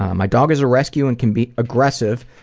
my dog is a rescue and can be aggressive.